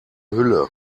hülle